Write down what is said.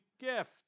gift